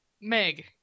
Meg